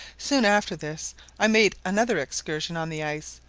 soon after this i made another excursion on the ice,